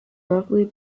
roughly